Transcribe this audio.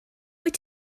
wyt